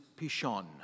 Pishon